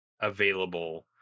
available